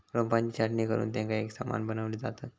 रोपांची छाटणी करुन तेंका एकसमान बनवली जातत